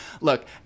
Look